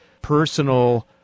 personal